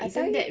I tell you